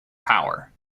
power